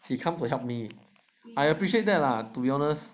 you come to help me I appreciate that lah to be honest